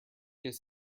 his